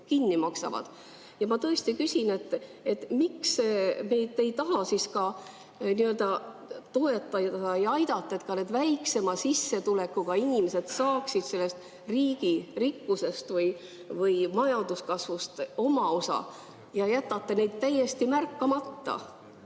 kinni maksavad. Ma küsin: miks te ei taha toetada ja aidata, et ka väiksema sissetulekuga inimesed saaksid sellest riigi rikkusest või majanduskasvust oma osa, ja jätate nad täiesti märkamata?